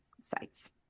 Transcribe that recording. sites